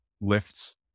lifts